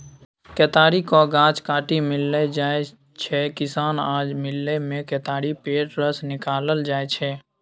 केतारीक गाछ काटि मिल लए जाइ छै किसान आ मिलमे केतारी पेर रस निकालल जाइ छै